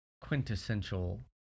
quintessential